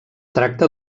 tracta